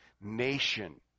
nation